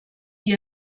die